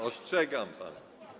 ostrzegam pana.